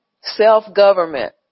Self-government